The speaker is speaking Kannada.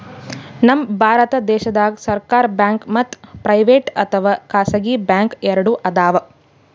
ನಮ್ ಭಾರತ ದೇಶದಾಗ್ ಸರ್ಕಾರ್ ಬ್ಯಾಂಕ್ ಮತ್ತ್ ಪ್ರೈವೇಟ್ ಅಥವಾ ಖಾಸಗಿ ಬ್ಯಾಂಕ್ ಎರಡು ಅದಾವ್